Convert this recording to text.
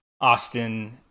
Austin